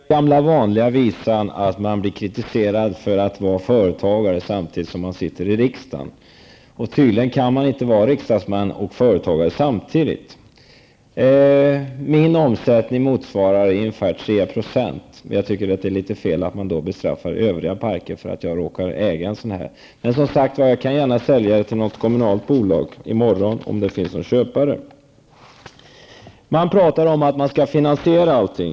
Herr talman! Det är den gamla vanliga visan, att man blir kritiserad för att vara företagare samtidigt som man sitter i riksdagen. Tydligen kan man inte vara riksdagsman och företagare samtidigt. Min omsättning motsvarar ungefär 3 %. Jag tycker att det är litet fel att övriga parker då bestraffas för att jag råkar äga en sådan. Men jag kan sälja min park till något kommunalt bolag i morgon om det finns någon köpare. Det talas om att allt skall finansieras.